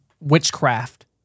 witchcraft